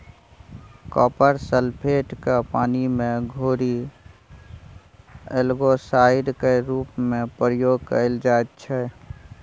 copper sulphate केँ पानि मे घोरि एल्गासाइड केर रुप मे प्रयोग कएल जाइत छै